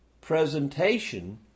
presentation